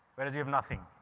whereas you have nothing,